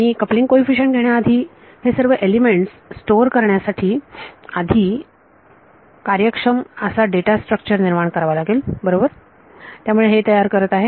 मी coupling coefficient घेण्याआधी मला हे सर्व एलिमेंट्स स्टोअर करण्यासाठी आधी कार्यक्षम असे डेटा स्ट्रक्चर निर्माण करावे लागेल बरोबर त्यामुळे हे तयार करत आहे